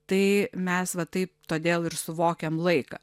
tai mes va taip todėl ir suvokiam laiką